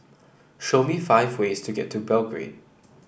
show me five ways to get to Belgrade